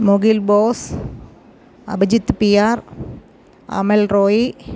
Mukhil Bose Abhijith P R Amal Roy